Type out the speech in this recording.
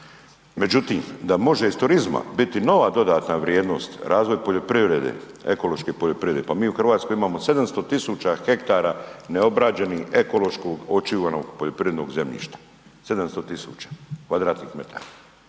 Međutim, da može iz turizma biti nova dodatna vrijednost razvoj poljoprivrede, ekološke poljoprivrede, pa mi u Hrvatskoj imamo 700.000 hektara neobrađenih ekološki očuvanog poljoprivrednog zemljišta, 700.000 m2, hektara